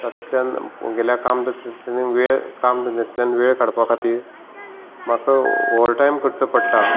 तातूंतल्यान मगेल्या काम वेळ काम धंद्यातल्यान वेळ काडपा खातीर म्हाका ओवर टायम करचो पडटा